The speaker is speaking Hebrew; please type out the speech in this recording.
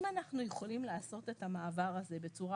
אם אנחנו יכולים לעשות את המעבר הזה בצורה